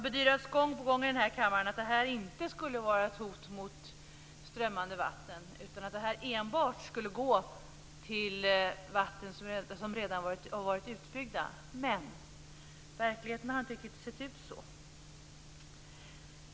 Det har gång på gång i kammaren bedyrats att det här inte skulle vara ett hot mot strömmande vatten utan att dessa medel enbart skulle gå till vatten som redan är utbyggda, men verkligheten har inte riktigt sett ut så.